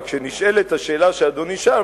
אבל כשנשאלת השאלה שאדוני שאל,